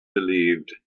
believed